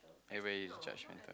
everybody judgemental